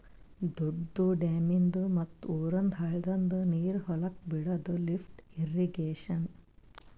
ದೊಡ್ದು ಡ್ಯಾಮಿಂದ್ ಮತ್ತ್ ಊರಂದ್ ಹಳ್ಳದಂದು ನೀರ್ ಹೊಲಕ್ ಬಿಡಾದು ಲಿಫ್ಟ್ ಇರ್ರೀಗೇಷನ್